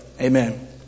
Amen